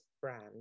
brand